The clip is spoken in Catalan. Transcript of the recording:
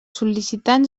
sol·licitants